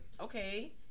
Okay